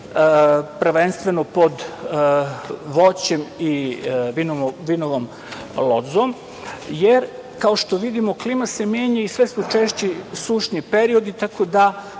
prvenstveno pod voćem i vinovom lozom, jer, kao što vidimo, klima se menja i sve su češći sušni periodi, tako da